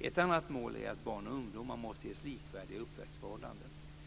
Ett annat mål är att barn och ungdomar måste ges likvärdiga uppväxtförhållanden.